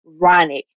Ronick